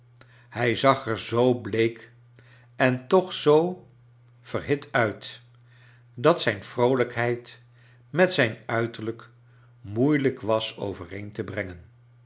hij zag er zoo bleek en toch zoo verhil uit dat zijn vroolijkheid met zijn uiterlijk moeilijk was overeen te brengen